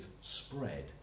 spread